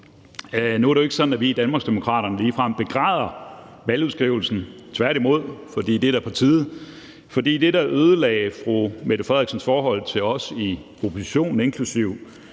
Nu er det jo ikke sådan, at vi Danmarksdemokrater ligefrem begræder valgudskrivelsen, tværtimod, for det er da på tide. For det, der ødelagde statsministerens forhold til os i oppositionen, inklusive